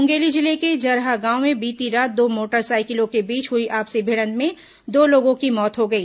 मुंगेली जिले के जरहा गांव में बीती रात दो मोटरसाइकिलों के बीच हुई आपसी भिडंत में दो लोगों की मौत हो गई